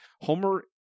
Homer